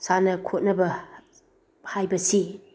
ꯁꯥꯟꯅ ꯈꯣꯠꯅꯕ ꯍꯥꯏꯕꯁꯤ